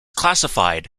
classified